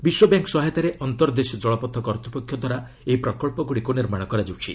ବିଶ୍ୱବ୍ୟାଙ୍କ ସହାୟତାରେ ଅନ୍ତର୍ଦେଶୀୟ ଜଳପଥ କର୍ତ୍ତ୍ୱପକ୍ଷଙ୍କଦ୍ୱାରା ଏହି ପ୍ରକଳ୍ପଗୁଡ଼ିକୁ ନିର୍ମାଣ କରାଯାଉଛି